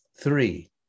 Three